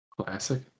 classic